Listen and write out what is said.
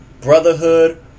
Brotherhood